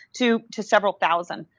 to to several thousand.